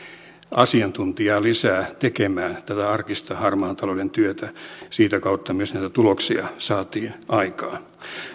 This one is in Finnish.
asiantuntijaa lisää tekemään tätä arkista harmaan talouden vastaista työtä sitä kautta myös näitä tuloksia saatiin aikaan